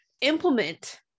implement